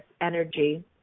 energy